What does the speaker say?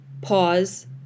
pause